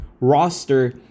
roster